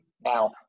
Now